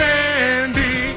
Sandy